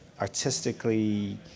artistically